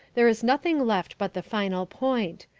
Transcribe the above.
there is nothing left but the final point.